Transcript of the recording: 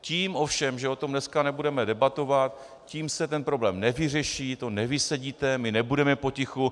Tím ovšem, že o tom dneska nebudeme debatovat, tím se ten problém nevyřeší, to nevysedíte, my nebudeme potichu.